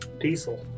diesel